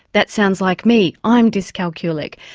that sounds like me, i'm dyscalculic.